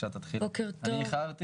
בוקר טוב, אני אגיד